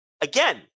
again